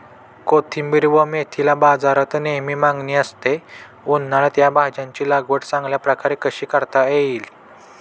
कोथिंबिर व मेथीला बाजारात नेहमी मागणी असते, उन्हाळ्यात या भाज्यांची लागवड चांगल्या प्रकारे कशी करता येईल?